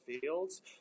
fields